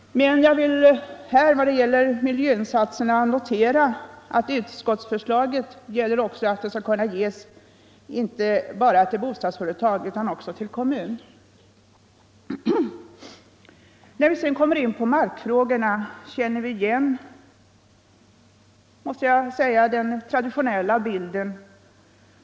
I vad gäller miljöinsatserna vill jag här notera att utskottsförslaget innebär att bidrag skall kunna ges inte bara till bostadsföretag utan också till kommuner. När vi sedan kommer in på markfrågorna känner vi igen den traditionella bilden.